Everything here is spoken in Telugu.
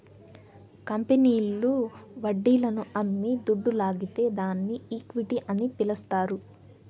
కంపెనీల్లు వడ్డీలను అమ్మి దుడ్డు లాగితే దాన్ని ఈక్విటీ అని పిలస్తారు